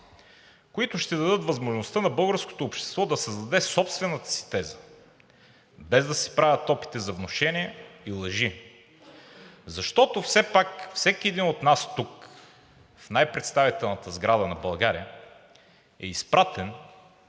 които ще дадат възможността на българското общество да създаде собствената си теза, без да се правят опити за внушения и лъжи, защото все пак всеки един от нас тук, в най-представителната сграда на България, е изпратен,